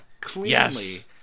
cleanly